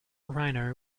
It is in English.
rhino